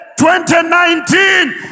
2019